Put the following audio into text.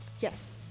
Yes